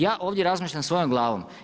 Ja ovdje razmišljam svojom glavom.